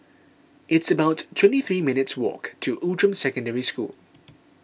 it's about twenty three minutes' walk to Outram Secondary School